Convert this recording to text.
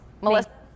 Melissa